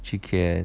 chee ken